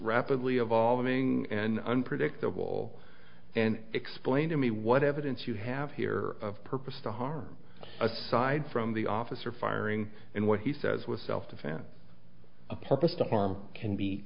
rapidly evolving and unpredictable and explain to me what evidence you have here of purpose to harm aside from the officer firing in what he says with self defense a purpose to harm can be